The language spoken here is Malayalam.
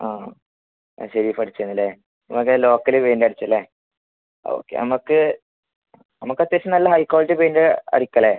ആ ശരി അടിച്ചതല്ലേ നിങ്ങൾക്ക് ലോക്കൽ പെയിൻറ് അടിച്ചല്ലേ ഓക്കെ നമുക്ക് നമുക്ക് അത്യാവശ്യം നല്ല ഹൈ ക്വാളിറ്റി പെയിൻറ് അടിക്കാം അല്ലേ